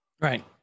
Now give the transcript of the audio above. Right